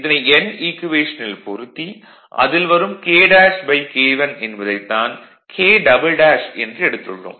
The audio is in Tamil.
இதனை n ஈக்குவேஷனில் பொறுத்தி அதில் வரும் KK1 என்பதைத் தான் K என்று எடுத்துள்ளோம்